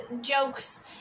jokes